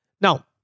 Now